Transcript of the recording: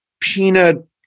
peanut